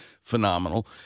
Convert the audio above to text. phenomenal